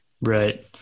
right